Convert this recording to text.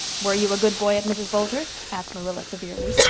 were you a good boy at mrs. boulter's? asked marilla severely.